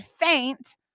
faint